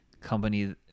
company